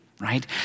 right